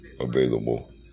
Available